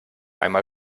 einmal